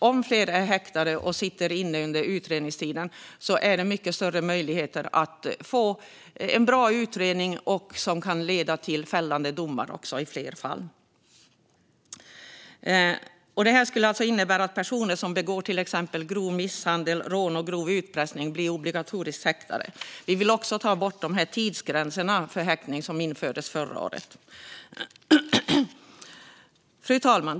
Om fler är häktade och sitter inne under utredningstiden har vi nämligen mycket större möjligheter att få en bra utredning som kan leda till fällande domar i fler fall. Detta skulle innebära att personer som begår till exempel grov misshandel, rån och grov utpressning blir obligatoriskt häktade. Vi vill också ta bort de tidsgränser för häktning som infördes förra året. Fru talman!